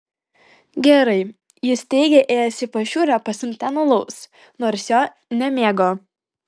gerai jis teigė ėjęs į pašiūrę pasiimti ten alaus nors jo nemėgo